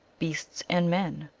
beasts and men,